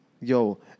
Yo